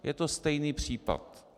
Je to stejný případ.